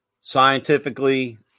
scientifically